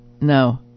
No